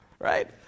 right